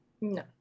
No